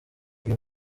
uyu